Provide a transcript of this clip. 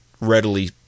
readily